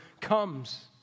comes